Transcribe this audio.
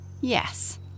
Yes